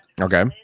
Okay